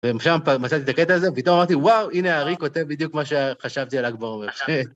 מצאתי את הקטע הזה, ופתאום אמרתי, וואו, הנה, האר"י כותב בדיוק מה שחשבתי על ל"ג בעומר